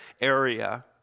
area